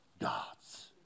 gods